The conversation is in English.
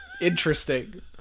Interesting